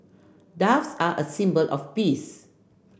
doves are a symbol of peace